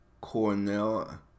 cornell